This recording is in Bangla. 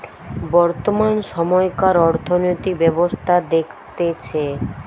বর্তমান সময়কার অর্থনৈতিক ব্যবস্থা দেখতেছে